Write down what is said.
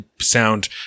sound